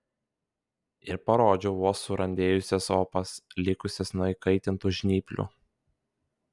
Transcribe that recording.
ir parodžiau vos surandėjusias opas likusias nuo įkaitintų žnyplių